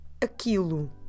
aquilo